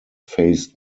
faced